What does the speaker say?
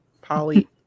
Polly